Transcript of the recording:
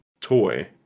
toy